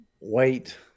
wait